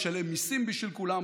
משלם מיסים בשביל כולם,